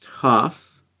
tough